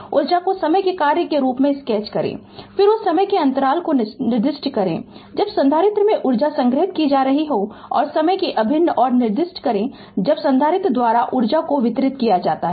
ऊर्जा को समय के कार्य के रूप में स्केच करें फिर उस समय के अंतराल को निर्दिष्ट करें जब संधारित्र में ऊर्जा संग्रहीत की जा रही हो और समय के अभिन्न को निर्दिष्ट करें जब संधारित्र द्वारा ऊर्जा वितरित की जाती है